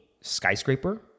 skyscraper